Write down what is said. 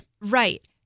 Right